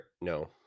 No